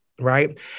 right